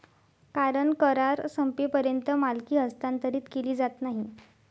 कारण करार संपेपर्यंत मालकी हस्तांतरित केली जात नाही